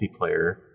multiplayer